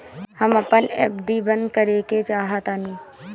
हम अपन एफ.डी बंद करेके चाहातानी